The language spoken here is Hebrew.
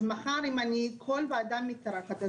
אז מחר אם כל ועדה מתארכת,